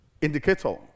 indicator